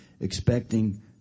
expecting